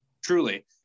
truly